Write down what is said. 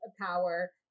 power